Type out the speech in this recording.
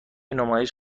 نمایش